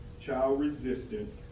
child-resistant